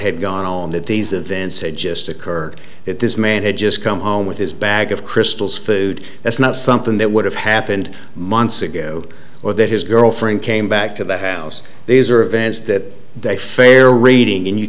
had gone on that these events it just occurred that this man had just come home with his bag of crystals food that's not something that would have happened months ago or that his girlfriend came back to the house these are events that they fair reading and you